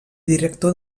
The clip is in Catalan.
director